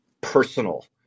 personal